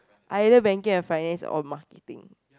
either banking and finance or marketing